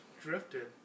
drifted